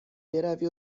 بروی